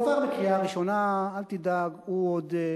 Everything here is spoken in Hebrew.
חוק לשון הרע דווקא עבר, הוא עובר.